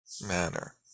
manner